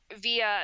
via